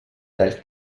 dal